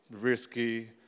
risky